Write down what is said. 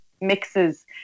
mixes